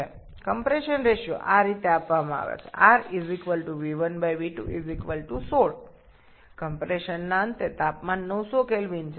সংকোচন অনুপাত প্রদত্ত তাই 𝑟 v1v2 16 সংকোচনের শেষে উষ্ণতা ৯০০কেলভিন